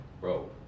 bro